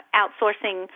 outsourcing